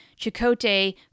Chicote